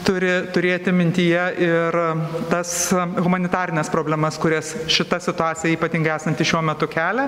turi turėti mintyje ir tas humanitarines problemas kurias šita situacija ypatingai esanti šiuo metu kelia